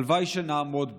הלוואי שנעמוד בה.